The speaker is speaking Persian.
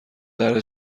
درب